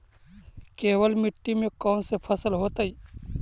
केवल मिट्टी में कौन से फसल होतै?